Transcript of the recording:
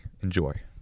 enjoy